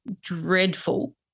dreadful